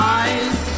eyes